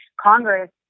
Congress